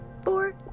Four